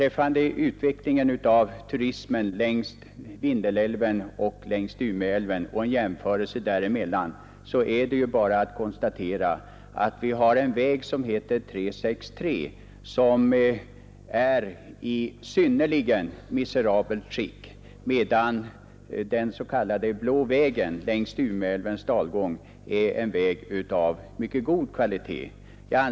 När man jämför utvecklingen av turismen längs Vindelälven och längs Umeälven är det bara att konstatera att väg 363 är i ett synnerligen miserabelt skick medan den s.k. Blå vägen längs Umeälvens dalgång är av god kvalité.